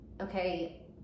okay